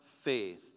faith